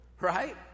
right